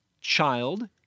Child